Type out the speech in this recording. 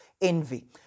envy